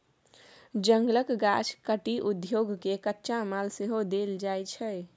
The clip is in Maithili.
जंगलक गाछ काटि उद्योग केँ कच्चा माल सेहो देल जाइ छै